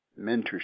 mentorship